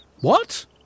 What